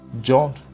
John